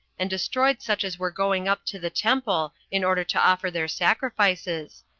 and destroyed such as were going up to the temple in order to offer their sacrifices,